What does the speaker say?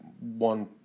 one